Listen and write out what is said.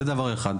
זה דבר אחד.